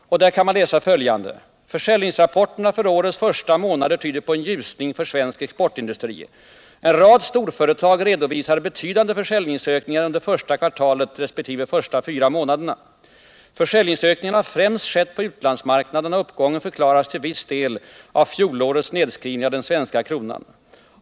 I artikeln kan man läsa följande: ”Försäljningsrapporterna för årets första månader tyder på en ljusning för svensk exportindustri. En rad storföretag redovisar betydande försäljningsökningar under första kvartalet respektive första fyra månaderna. Försäljningsökningarna har främst skett på utlandsmarknaderna och uppgången förklaras till viss del av fjolårets nedskrivning av den svenska kronan.